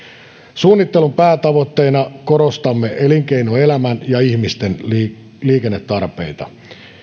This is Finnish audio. suunnittelun päätavoitteina korostamme elinkeinoelämän ja ihmisten liikennetarpeita